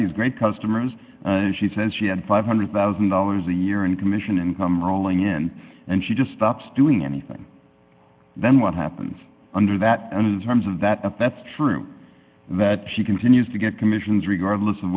these great customers and she says she had five hundred thousand dollars a year in commission income rolling in and she just stops doing anything then what happens under that terms of that that's true that she continues to get commissions regardless of